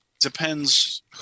depends